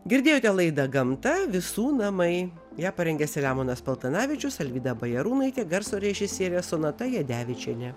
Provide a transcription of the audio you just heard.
girdėjote laidą gamta visų namai ją parengė selemonas paltanavičius alvyda bajarūnaitė garso režisierė sonata jadevičienė